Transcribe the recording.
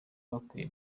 bakwiye